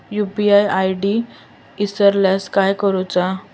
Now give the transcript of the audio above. UPI ID इसरल्यास काय करुचा?